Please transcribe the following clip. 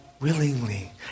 willingly